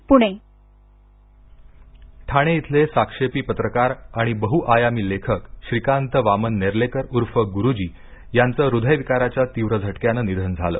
ज्येष्ठ पत्रकार निधन ठाणे ठाणे इथले साक्षेपी पत्रकार आणि बहुआयामी लेखक श्रीकांत वामन नेर्लेकर उर्फ गुरुजी यांचे हृदयविकाराच्या तीव्र झटक्याने निधन झाले